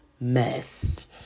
mess